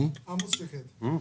עמוס שקד, תעשיין,